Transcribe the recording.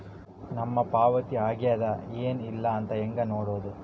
ನನ್ನ ಪಾವತಿ ಆಗ್ಯಾದ ಏನ್ ಇಲ್ಲ ಅಂತ ಹೆಂಗ ನೋಡುದು?